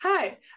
Hi